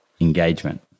engagement